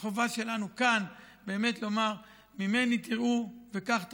החובה שלנו כאן באמת לומר: ממני תראו וכך תעשו,